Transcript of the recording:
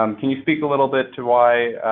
um can you speak a little bit to why